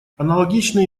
аналогичные